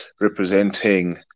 representing